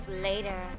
later